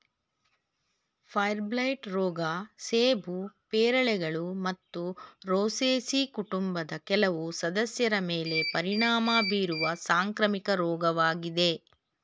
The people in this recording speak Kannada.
ಫೈರ್ಬ್ಲೈಟ್ ರೋಗ ಸೇಬು ಪೇರಳೆಗಳು ಮತ್ತು ರೋಸೇಸಿ ಕುಟುಂಬದ ಕೆಲವು ಸದಸ್ಯರ ಮೇಲೆ ಪರಿಣಾಮ ಬೀರುವ ಸಾಂಕ್ರಾಮಿಕ ರೋಗವಾಗಿದೆ